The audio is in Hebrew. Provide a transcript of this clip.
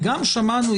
וגם שמענו,